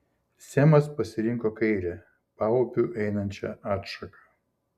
semas pasirinko kairę paupiu einančią atšaką